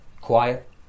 quiet